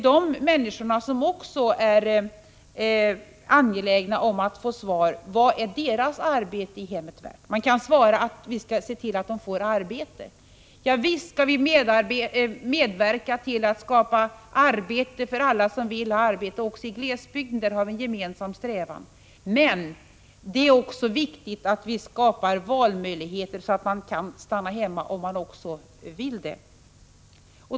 De människorna är också angelägna om att få svar på vad deras arbete i hemmet är värt. Man kan svara att vi skall se till att de får arbete, och visst skall vi medverka till att skapa arbeten för alla som vill arbeta, också i glesbygden. Där har vi en gemensam strävan. Men det är också viktigt att skapa valmöjligheter, så att man kan stanna hemma om man vill det.